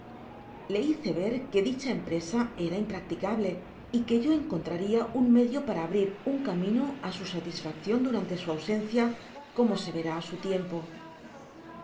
le hice ver que dicha empresa era impracticable y que yo encontraria un medio para abrir un camino á su satisfaccion durante su ausencia como se verá á su tiempo